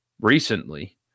recently